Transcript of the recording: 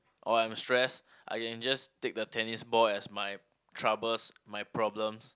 or I'm stress I can just take the tennis ball as my troubles my problems